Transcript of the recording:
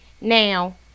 now